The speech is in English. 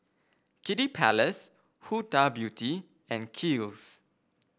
Kiddy Palace Huda Beauty and Kiehl's